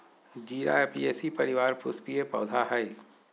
जीरा ऍपियेशी परिवार पुष्पीय पौधा हइ